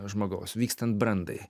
žmogaus vykstant brandai